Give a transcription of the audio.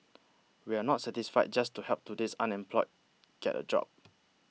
we are not satisfied just to help today's unemployed get a job